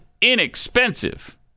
inexpensive